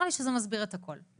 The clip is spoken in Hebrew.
נראה לי שזה מסביר את הכל.